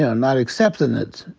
ah and not accepting it.